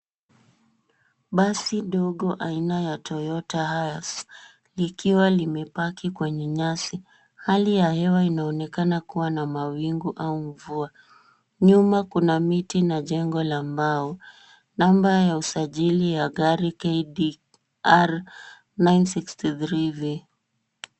Basi dogo aina ya Toyota Hiace likiwa limepaki kwenye nyasi. Hali ya hewa inaonekana kuwa na mawingu au mvua. Nyuma kuna miti na jengo la mbao. Namba ya usajili ya gari KDR 963V.